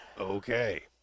Okay